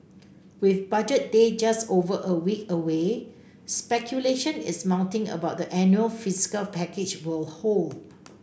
with Budget Day just over a week away speculation is mounting about the annual fiscal package will hold